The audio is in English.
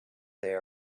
they